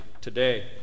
today